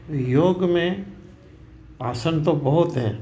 योग में आसन तो बहुत हैं